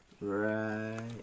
right